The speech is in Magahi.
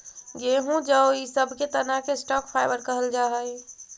गेहूँ जौ इ सब के तना के स्टॉक फाइवर कहल जा हई